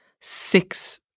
six